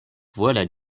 voilà